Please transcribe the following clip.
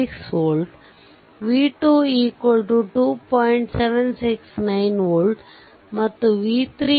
769 volt ಮತ್ತು v3 1